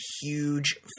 huge